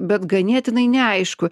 bet ganėtinai neaišku